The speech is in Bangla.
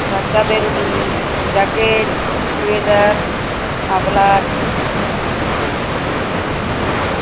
বাচ্চাদের জ্যাকেট সোয়েটার মাফলার